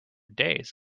days